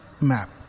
map